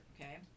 okay